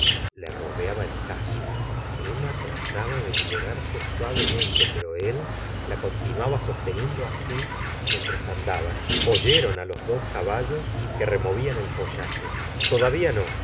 le rodeaba el talle emma la señora de gustavo flaubert trataba de liberarse suavemente pero él la continuaba sosteniendo así mientras andaban oyeron á los dos caballos que removían el follaje todavía no